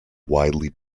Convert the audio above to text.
widely